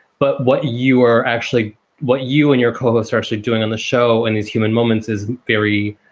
but what you are actually what you and your colleagues are actually doing on the show and these human moments is very